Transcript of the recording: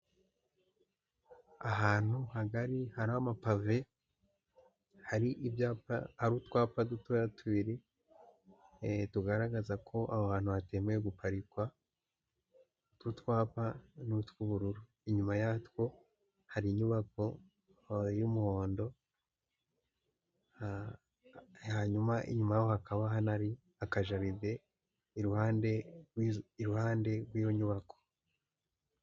Ahantu hagari hari amapave, hari ibyapa hari utwapa dutoya tubiri tugaragaza ko aho hantu hatemewe guparikwa; utwo twapa n'utw'ubururu, inyuma yatwo hari inyubako y'umuhondo, hanyuma inyuma hakaba hanari akajaride iruhande iruhande rw'iyo nyubako.